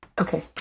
Okay